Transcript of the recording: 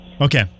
Okay